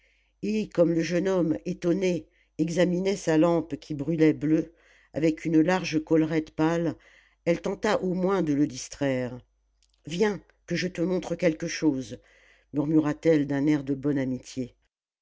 et comme le jeune homme étonné examinait sa lampe qui brûlait bleue avec une large collerette pâle elle tenta au moins de le distraire viens que je te montre quelque chose murmura-t-elle d'un air de bonne amitié